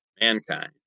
mankind